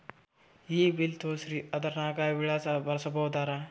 ಈ ಬಿಲ್ ತೋಸ್ರಿ ಆಧಾರ ನಾಗ ವಿಳಾಸ ಬರಸಬೋದರ?